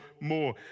more